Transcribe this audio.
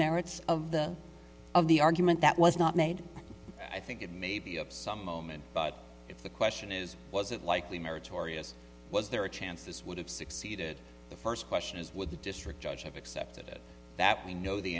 merits of the of the argument that was not made i think it may be of some moment but if the question is was it likely meritorious was there a chance this would have succeeded the first question is with the district judge have accepted it that we know the